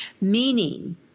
meaning